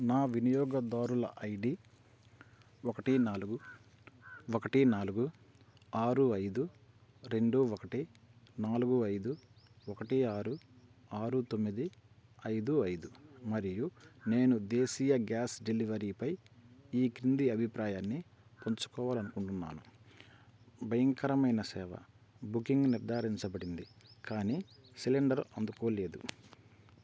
నా వినియోగదారుల ఐడి ఒకటి నాలుగు ఒకటి నాలుగు ఆరు ఐదు రెండు ఒకటి నాలుగు ఐదు ఒకటి ఆరు ఆరు తొమ్మిది ఐదు ఐదు మరియు నేను దేశీయ గ్యాస్ డెలివరీపై ఈ క్రింది అభిప్రాయాన్ని పంచుకోవాలనుకుంటున్నాను భయంకరమైన సేవ బుకింగ్ నిర్ధారించబడింది కానీ సిలిండర్ అందుకోలేదు